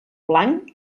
blanc